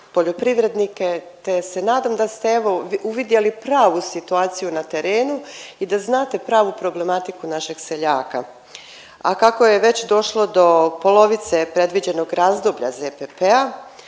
poljoprivrednike, te se nadam da ste evo uvidjeli pravu situaciju na terenu i da znate pravu problematiku našeg seljaka, a kako je već došlo do polovice predviđenog razdoblja ZPP-a